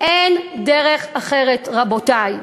אין דרך אחרת, רבותי,